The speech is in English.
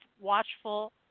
watchful